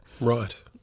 right